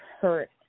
hurt